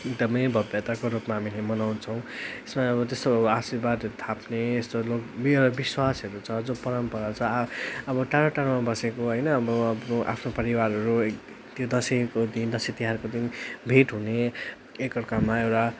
एकदमै भव्यताको रूपमा हामीले मनाउछौँ यसमा अब त्यस्तो आशीर्वादहरू थाप्ने यस्तो लोक विश्वासहरू छ जो परम्परा छ आ अब टाढो टाडोमा बसेको होइन अब आफ्नो परिवारहरू त्यो दसैँको दिन दसैँ तिहारको दिन भेट हुने एकअर्कामा एउटा